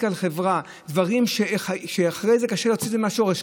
על חברה דברים שאחרי זה קשה להוציא את זה מהשורש,